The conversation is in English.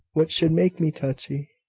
what should make me touchy?